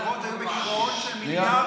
החברות היו בגירעון של מיליארדים.